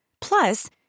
Plus